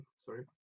Sorry